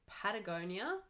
Patagonia